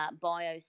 bio